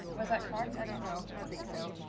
was that cocked? i don't know. i don't think so.